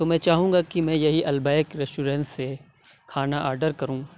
تو میں چاہوں گا کہ میں یہی البیک ریسٹورینٹ سے کھانا آڈر کروں